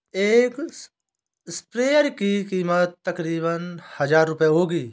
एक स्प्रेयर की कीमत तकरीबन हजार रूपए होगी